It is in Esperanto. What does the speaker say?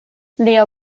lia